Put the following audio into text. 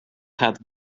had